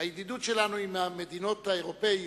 הידידות שלנו עם המדינות האירופיות